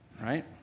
Right